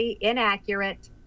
inaccurate